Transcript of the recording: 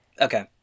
Okay